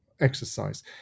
exercise